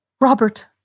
Robert